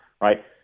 right